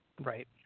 right